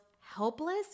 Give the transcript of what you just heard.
helpless